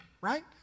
Right